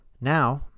Now